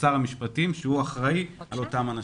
לשר המשפטים שהוא אחראי על אותם אנשים.